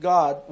God